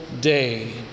day